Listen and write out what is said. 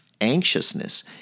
anxiousness